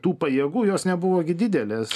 tų pajėgų jos nebuvo didelės